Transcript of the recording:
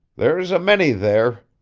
there's a many there.